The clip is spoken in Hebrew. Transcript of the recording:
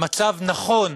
מצב נכון,